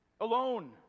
alone